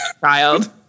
child